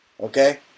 Okay